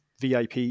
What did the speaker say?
VIP